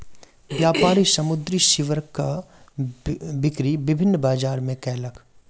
व्यापारी समुद्री सीवरक बिक्री विभिन्न बजार मे कयलक